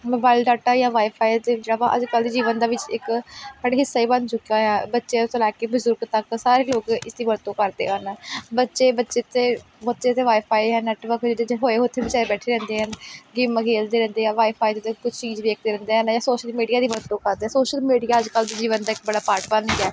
mobile data ਜਾਂ wifi ਤਾਂ ਜਿਹੜਾ ਵਾ ਅੱਜ ਕੱਲ੍ਹ ਦੇ ਜੀਵਨ ਦਾ ਵਿੱਚ ਇੱਕ ਸਾਡਾ ਹਿੱਸਾ ਹੀ ਬਣ ਚੁੱਕਾ ਆ ਬੱਚਿਆਂ ਤੋਂ ਲੈ ਕੇ ਬਜ਼ੁਰਗ ਤੱਕ ਸਾਰੇ ਲੋਕ ਇਸ ਦੀ ਵਰਤੋਂ ਕਰਦੇ ਹਨ ਬੱਚੇ ਬੱਚੇ ਤਾਂ ਬੱਚੇ ਤਾਂ ਵਾਏਫਾਏ ਜਾਂ ਨੈਟਵਰਕ ਫੇਰ ਜਿਹਦੇ 'ਚ ਹੋਏ ਉੱਥੇ ਵਿਚਾਰੇ ਬੈਠੇ ਰਹਿੰਦੇ ਹਨ ਗੇਮਾਂ ਖੇਲਦੇ ਰਹਿੰਦੇ ਆ ਵਾਏਫਾਏ ਦੇ ਉੱਤੇ ਕੁਛ ਚੀਜ਼ ਵੇਖਦੇ ਰਹਿੰਦੇ ਹਨ ਜਾਂ ਸੋਸ਼ਲ ਮੀਡੀਆ ਦੀ ਵਰਤੋਂ ਕਰਦੇ ਸੋਸ਼ਲ ਮੀਡੀਆ ਅੱਜ ਕੱਲ੍ਹ ਦੇ ਜੀਵਨ ਦਾ ਇੱਕ ਬੜਾ ਪਾਰਟ ਬਣ ਗਿਆ ਹੈ